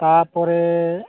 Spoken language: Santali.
ᱛᱟᱨᱯᱚᱨᱮ